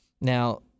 Now